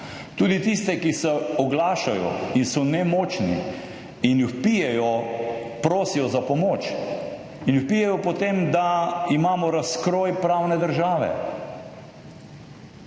tudi tiste, ki se oglašajo in so nemočni in vpijejo, prosijo za pomoč in vpijejo po tem, da imamo razkroj pravne države.